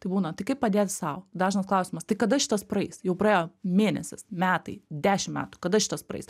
tai būna tai kaip padėti sau dažnas klausimas tai kada šitas praeis jau praėjo mėnesis metai dešim metų kada šitas praeis